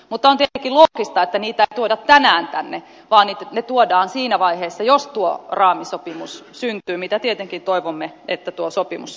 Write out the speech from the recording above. mutta on tietenkin loogista että niitä ei tuoda tänään tänne vaan ne tuodaan siinä vaiheessa jos tuo raamisopimus syntyy mitä tietenkin toivomme että tuo sopimus syntyy